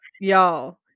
y'all